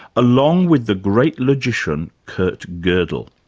along with the great logician kurt godel.